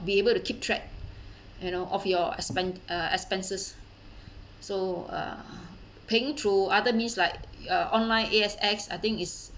be able to keep track you know of your expend~ uh expenses so uh paying through other means like uh online A_X_S I think is